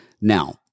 Now